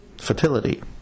fertility